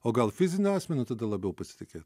o gal fiziniu asmeniu tada labiau pasitikėt